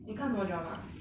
你看什么 drama